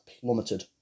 plummeted